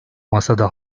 masada